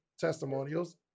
testimonials